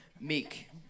Meek